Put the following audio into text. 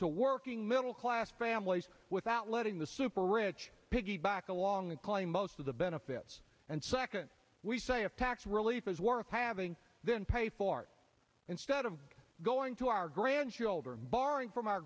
to working middle class families without letting the super rich piggyback along and claim most of the benefits and second we say if tax relief is worth having then pay for it instead of going to our grandchildren borrowing from our